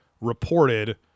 reported